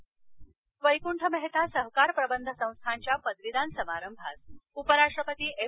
उपराष्ट्रपती वैकुंठ मेहता सहकार प्रबंध संस्थानच्या पदवीदान समारंभास उपराष्ट्रपती एम